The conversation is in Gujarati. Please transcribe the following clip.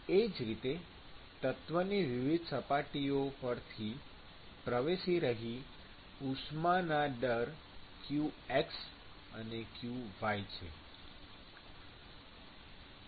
એ જ રીતે તત્વની વિવિધ સપાટીઓ પરથી પ્રવેશી રહી ઉષ્માના દર qx અને qy છે